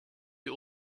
die